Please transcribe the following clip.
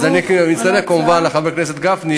אני מצטרף כמובן לחבר הכנסת גפני,